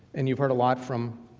and you for a lot from